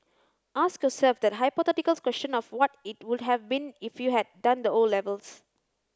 ask yourself that hypothetical question of what it would have been if you had done the O levels